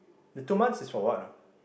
the two months is for what ah